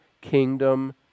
kingdom